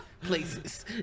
places